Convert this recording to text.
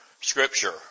scripture